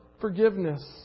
forgiveness